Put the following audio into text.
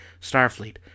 Starfleet